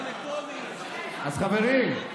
אז חברים,